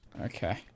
Okay